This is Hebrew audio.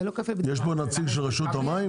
זה לא כפל בדיקה --- יש פה נציג של רשות המים?